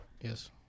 Yes